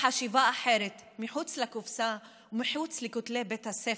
לחשיבה אחרת מחוץ לקופסה ומחוץ לכותלי בית הספר,